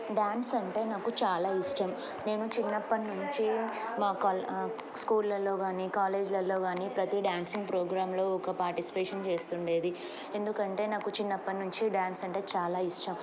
dance అంటే నాకు చాలా ఇష్టం నేను చిన్నప్పటి నుంచి మాల్ స్కూళ్ళల్లో కాని కాలేజీలల్లో కాని ప్రతి డ్యాన్సింగ్ ప్రోగ్రాంలో ఒక పార్టిస్పేషన్ చేస్తుండేది ఎందుకంటే నాకు చిన్నప్పటి నుంచి డ్యాన్స్ అంటే చాలా ఇష్టం